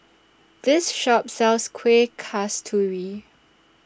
This Shop sells Kuih Kasturi